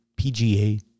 PGA